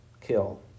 kill